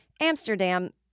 Amsterdam